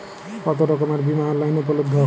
কতোরকমের বিমা অনলাইনে উপলব্ধ?